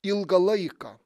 ilgą laiką